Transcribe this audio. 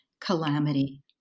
calamity